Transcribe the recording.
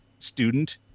Student